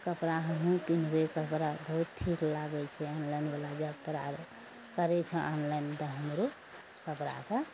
कपड़ा हमहूँ किनबय कपड़ा बहुत ठीक लागय छै ऑनलाइनवला जब तोरा आरो करय छन ऑनलाइन तऽ हमरो कपड़ाके